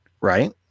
Right